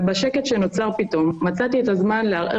ובשקט שנוצר פתאום מצאתי את הזמן להרהר